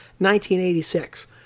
1986